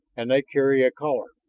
and they carry a caller.